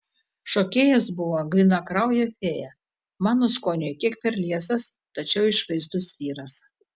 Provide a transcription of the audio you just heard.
šokėjas buvo grynakraujė fėja mano skoniui kiek per liesas tačiau išvaizdus vyras